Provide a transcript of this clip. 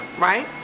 right